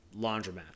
laundromat